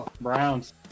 Browns